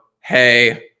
Hey